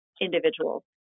individuals